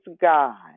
God